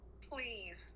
please